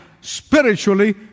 Spiritually